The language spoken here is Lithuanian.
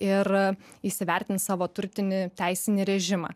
ir įsivertins savo turtinį teisinį režimą